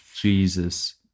Jesus